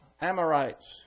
Amorites